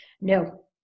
No